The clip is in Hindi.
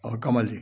और कमल जी